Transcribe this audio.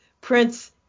Prince